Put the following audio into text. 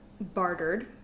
bartered